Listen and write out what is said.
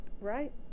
right